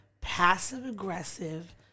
passive-aggressive